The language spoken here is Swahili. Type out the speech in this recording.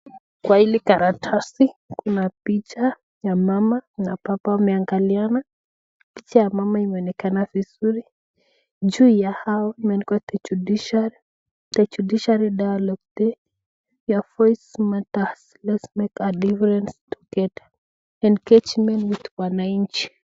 Kwa hili karatasi kuna picha ya mama na baba wameangaliana picha ya mama imeonekana vizuri juu ya hao imeandikwa the judiciary dialogue day your voice matters let's make a difference together engagement with wanainchi.